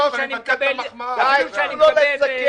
מה שכתוב ב"הארץ"